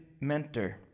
mentor